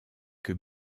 que